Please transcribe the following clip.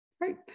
Right